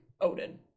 Odin